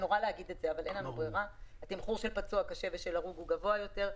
שזה נורא להגיד את זה הוא גבוה יותר.